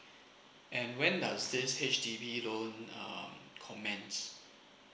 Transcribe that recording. and when does this H_D_B loan um commence